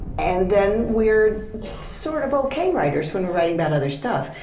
and then we're sort of okay writers when we're writing about other stuff.